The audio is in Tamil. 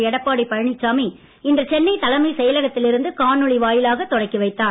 எடப்பாடி பழனிசாமி இன்று சென்னை தலைமைச் செயலகத்தில் இருந்து காணொளி வாயிலாக தொடக்கி வைத்தார்